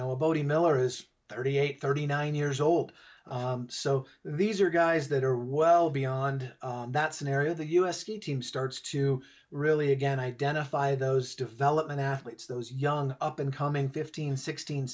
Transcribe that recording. know bodhi miller has thirty eight thirty nine years old so these are guys that are well beyond that scenario the u s ski team starts to really again identify those development athletes those young up incoming fifteen sixteen